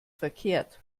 verkehrt